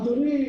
אדוני,